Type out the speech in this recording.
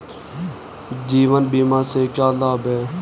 जीवन बीमा से क्या लाभ हैं?